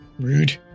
rude